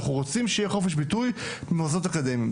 אנחנו רוצים שיהיה חופש ביטוי במוסדות אקדמיים.